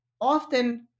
often